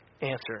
answer